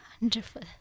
Wonderful